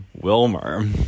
Wilmer